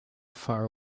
far